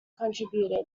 contributed